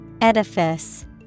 Edifice